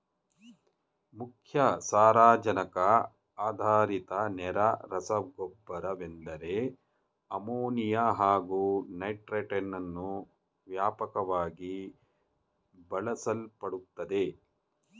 ಮುಖ್ಯ ಸಾರಜನಕ ಆಧಾರಿತ ನೇರ ರಸಗೊಬ್ಬರವೆಂದರೆ ಅಮೋನಿಯಾ ಹಾಗು ನೈಟ್ರೇಟನ್ನು ವ್ಯಾಪಕವಾಗಿ ಬಳಸಲ್ಪಡುತ್ತದೆ